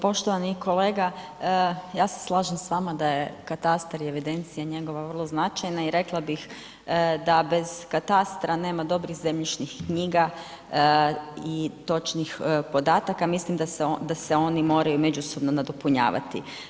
Poštovani kolega ja se slažem s vama da je katastar i evidencija njegova vrlo značajna i rekla bih da bez katastra nema dobrih zemljišnih knjiga i točnih podataka, mislim da se oni moraju međusobno nadopunjavati.